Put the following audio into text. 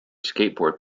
skateboard